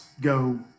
go